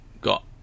got